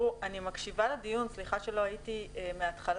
אני מקשיבה לדיון וסליחה לא הייתי מהתחלה